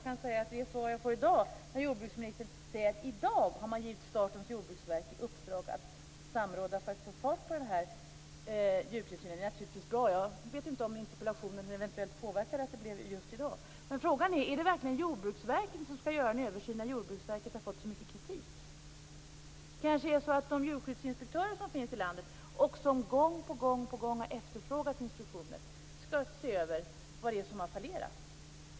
Det svar som jag får av jordbruksministern i dag säger att i dag har man givit Statens jordbruksverk i uppdrag att samråda för att få fart på djurtillsynen. Det är naturligtvis bra. Jag vet inte om interpellationen eventuellt påverkade att det blev just i dag. Frågan är om det verkligen är Jordbruksverket som skall göra en översyn när Jordbruksverket har fått så mycket kritik. Det kanske är så att de djurskyddsinspektörer som finns i landet och som gång på gång har efterfrågat instruktioner skall se över vad som har fallerat.